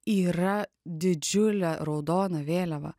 yra didžiulė raudona vėliava